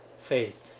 faith